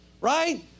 right